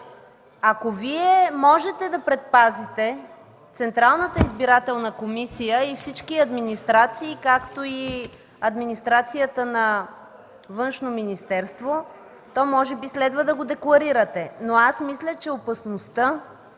Ако Вие можете да предпазите Централната избирателна комисия и всички администрации, както и администрацията на Външно министерство, то може би следва да го декларирате. Но аз мисля, че опасността